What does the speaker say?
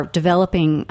developing